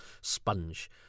sponge